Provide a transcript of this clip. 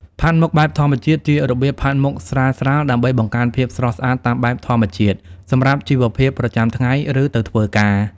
ផាត់មុខបែបធម្មជាតិ ជារបៀបផាត់មុខស្រាលៗដើម្បីបង្កើនភាពស្រស់ស្អាតតាមបែបធម្មជាតិ សម្រាប់ជីវភាពប្រចាំថ្ងៃ ឬទៅធ្វើការ។